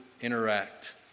interact